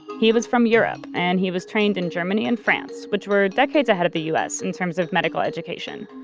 he was from europe and he was trained in germany and france, which were decades ahead of the us in terms of medical education.